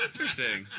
Interesting